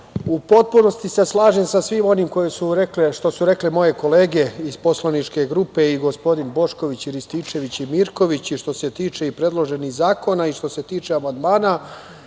u potpunosti se slažem sa svim onim što su rekle moje kolege iz poslaničke grupe i gospodin Bošković i Rističević i Mirković, i što se tiče predloženih zakona i što se tiče amandmana. Ono